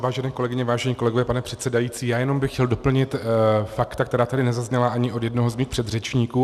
Vážené kolegyně, vážení kolegové, pane předsedající, jenom bych chtěl doplnit fakta, která tady nezazněla ani od jednoho z mých předřečníků.